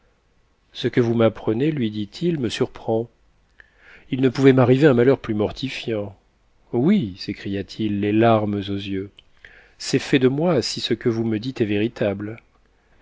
ce que vous m'npprenez lui dit-il me surprend il ne pouvnil nt'art'ivcr maiheur plus mortifiant oui sécria t h les larmes tx yeux c'est fait de moi si ce que vous me dites est véritable